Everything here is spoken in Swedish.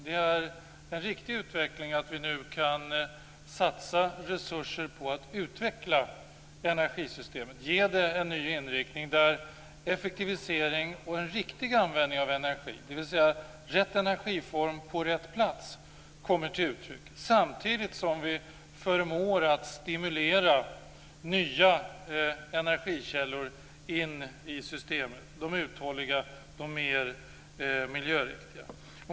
Det är en riktig utveckling att vi nu kan satsa resurser på att utveckla energisystemet och ge det en ny inriktning där effektivisering och en riktig användning av energi, dvs. rätt energiform på rätt plats, kommer till uttryck, samtidigt som vi förmår att stimulera nya energikällor in i systemet - de uthålliga, de mer miljöriktiga.